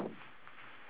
very funny